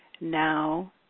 now